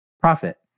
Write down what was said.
profit